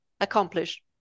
accomplish